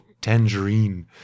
tangerine